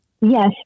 Yes